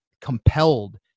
compelled